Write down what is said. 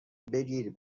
بگیر